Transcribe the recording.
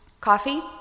coffee